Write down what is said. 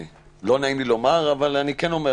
לא נעים לי לומר, אבל אני כן אומר,